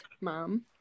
mom